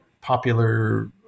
popular